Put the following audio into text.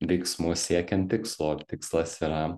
veiksmus siekiant tikslo o tikslas yra